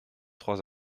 trois